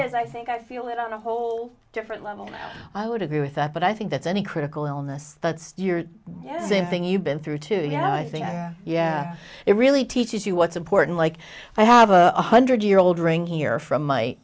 is i think i feel it on a whole different level i would agree with that but i think that's any critical illness that's your yes same thing you've been through too yeah i think yeah yeah it really teaches you what's important like i have a one hundred year old ring here from my